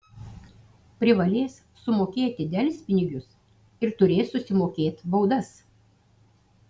privalės sumokėti delspinigius ir turės susimokėt baudas